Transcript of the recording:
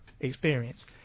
experience